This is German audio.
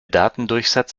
datendurchsatz